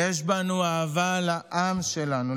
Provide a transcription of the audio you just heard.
יש בנו אהבה לעם שלנו,